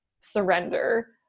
surrender